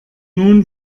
nun